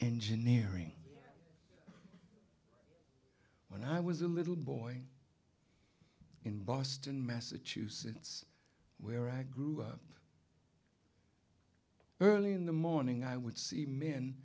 engineering when i was a little boy in boston massachusetts where i grew up early in the morning i would see men